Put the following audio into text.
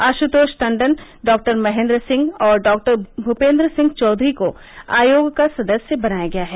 Ashutosh Tandon doctor Mahendra Singh और भूपेन्द्र सिंह चौधरी को आयोग का सदस्य बनाया गया है